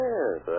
Yes